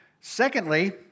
Secondly